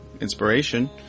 inspiration